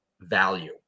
value